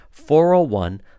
401